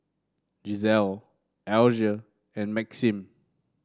Giselle Alger and Maxim